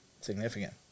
significant